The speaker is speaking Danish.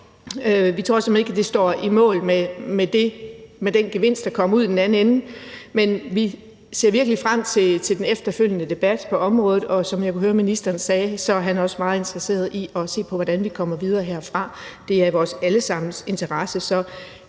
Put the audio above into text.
hen ikke, at det står mål med den gevinst, der kommer ud i den anden ende. Men vi ser virkelig frem til den efterfølgende debat på området, og som jeg kunne høre ministeren sige, er han også meget interesseret i at se på, hvordan vi kommer videre herfra. Det er i vores alle sammens interesse,